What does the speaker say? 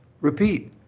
Repeat